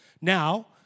Now